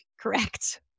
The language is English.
correct